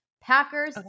Packers